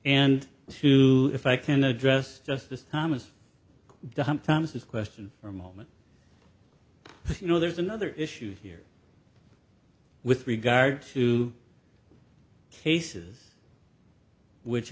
and two if i can address justice thomas dump thomas this question for a moment you know there's another issue here with regard to cases which